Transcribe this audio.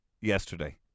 yesterday